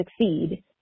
succeed